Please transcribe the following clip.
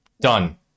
Done